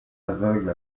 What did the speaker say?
aveugle